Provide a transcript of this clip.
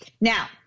Now